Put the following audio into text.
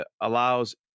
allows